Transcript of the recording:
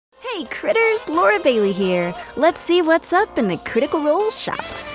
hey, critters! laura bailey here. let's see what's up in the critical role shop. ooh,